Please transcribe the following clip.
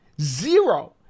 zero